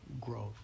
growth